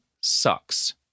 sucks